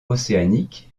océanique